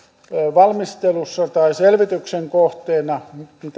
valmistelussa tai selvityksen kohteena